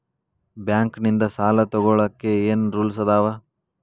Bank ನಿಂದ್ ಸಾಲ ತೊಗೋಳಕ್ಕೆ ಏನ್ ರೂಲ್ಸ್ ಅದಾವ?